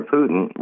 Putin